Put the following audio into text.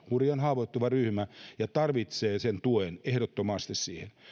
hurjan haavoittuva ryhmä joka tarvitsee sen tuen ehdottomasti